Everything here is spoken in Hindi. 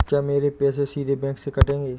क्या मेरे पैसे सीधे बैंक से कटेंगे?